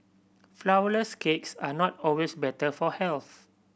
flourless cakes are not always better for health